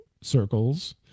circles